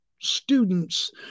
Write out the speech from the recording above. students